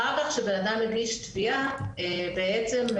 אחר כך כשבנאדם מגיש תביעה בעצם,